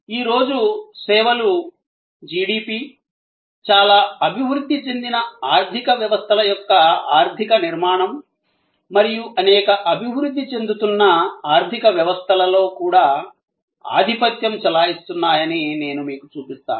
ఈ రోజు సేవలు జిడిపి చాలా అభివృద్ధి చెందిన ఆర్థిక వ్యవస్థల యొక్క ఆర్ధిక నిర్మాణం మరియు అనేక అభివృద్ధి చెందుతున్న ఆర్థిక వ్యవస్థల లో కూడా ఆధిపత్యం చెలాయిస్తున్నాయని నేను మీకు చూపిస్తాను